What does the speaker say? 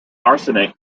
arsenic